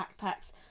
backpacks